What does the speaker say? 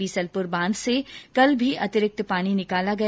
बीसलपुर बांध से कल भी अतिरिक्त पानी निकाला गया